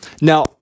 Now